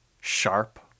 sharp